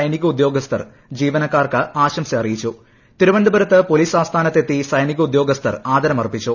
സൈനികോദ്യോഗസ്ഥർ ജീവനക്കാർക്ക് ആശംസ തിരുവനന്തപുരത്ത് പോലീസ് ആസ്ഥാനത്ത് എത്തി സൈനികോദ്യോഗസ്ഥർ ആദരം അർപ്പിച്ചു